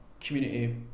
community